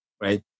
Right